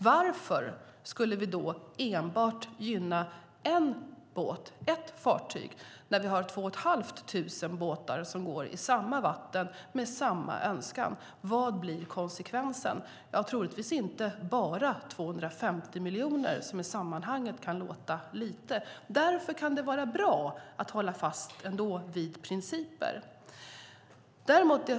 Varför skulle vi då enbart gynna en båt, ett fartyg, när vi har 2 1⁄2 tusen båtar som går i samma vatten med samma önskan? Vad blir konsekvensen? Ja, troligtvis inte bara 250 miljoner, som i sammanhanget kan låta lite. Därför kan det vara bra att hålla fast vid principer.